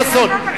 חבר הכנסת חסון,